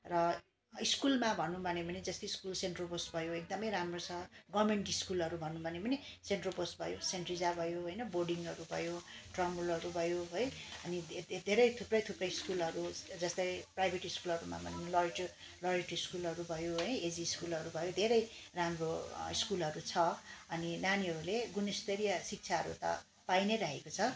र स्कुलमा भनौँ भने पनि जस्तै स्कुल सेन्ट रोबोट्स भयो एकदमै राम्रो छ गभर्मेन्ट स्कुलहरू भनौँ भने पनि सेन्ट रोबोट्स भयो सेन्ट ट्रिजा भयो होइन बोर्डिङहरू भयो टर्नबुलहरू भयो है अनि धे धे धेरै थुप्रै थुप्रै स्कुलहरू जस्तै प्राइभेट स्कुलहरूमा भने लरेटो लरेटो स्कुलहरू भयो है एजी स्कुलहरू भयो धेरै राम्रो स्कुलहरू छ अनि नानीहरूले गुणस्तरीय शिक्षाहरू त पाइनै रहेको छ